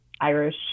Irish